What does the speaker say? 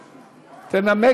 מס'